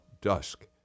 dusk